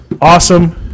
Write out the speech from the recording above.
awesome